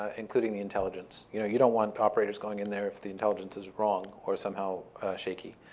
ah including the intelligence. you know you don't want operators going in there if the intelligence is wrong or somehow shaky.